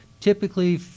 Typically